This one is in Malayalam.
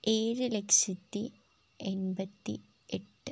ഏഴ് ലക്ഷത്തി എൺപത്തിയെട്ട്